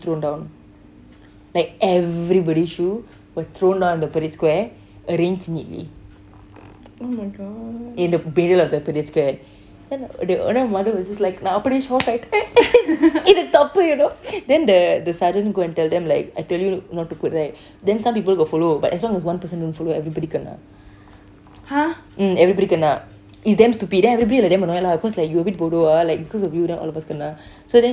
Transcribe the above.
thrown down like everybody shoe was thrown down in the parade square arranged neatly in the middle of the parade square then the owner and mother was just like நா அப்படியே:naa appatiye shock ஆயிட்டேன்:aayiten இது தப்பு:etu tappu you know then the sergeant go and tell them like I tell you not to put right then some people got follow but then as long as one person don't follow everyody kena mm everybody kena it's damn stupid then everybody was damn annoyed lah cause like you a bit bodoh ah like because of you then all of us kena